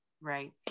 Right